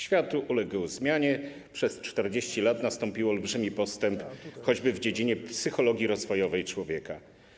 Świat uległ zmianie, przez 40 lat nastąpił olbrzymi postęp choćby w dziedzinie psychologii rozwojowej człowieka.